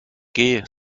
geh